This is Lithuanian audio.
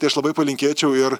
tai aš labai palinkėčiau ir